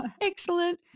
Excellent